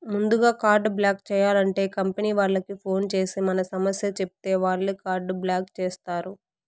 ముందుగా card block చేయాలంటే company వాళ్లకి ఫోన్ చేసి మన సమస్య చెప్పితే వాళ్లే కార్డు బ్లాక్ చేస్తారు